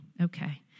Okay